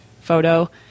photo